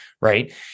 right